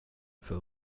för